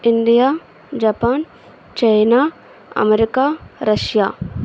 India Japan China America Russia